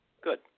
Good